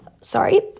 Sorry